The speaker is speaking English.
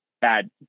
bad